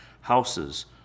houses